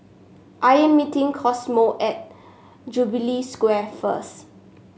I am meeting Cosmo at Jubilee Square first